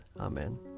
Amen